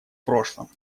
прошлом